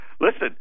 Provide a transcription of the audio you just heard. Listen